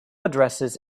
addresses